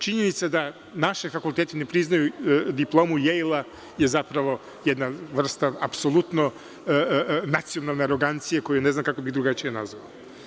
Činjenica da naši fakulteti ne priznaju diplomu Jejla je zapravo jedna vrsta apsolutno nacionalne arogancije koju ne znam kako bih drugačije nazvao.